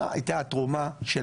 מה הייתה תרומה של